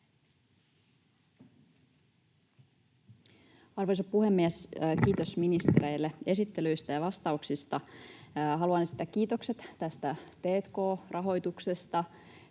Arvoisa puhemies! Kiitos ministereille esittelyistä ja vastauksista. Haluan esittää kiitokset tästä t&k-rahoituksesta.